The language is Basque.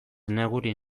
negurin